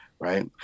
right